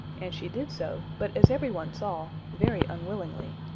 and she did so, but as everyone saw, very unwillingly.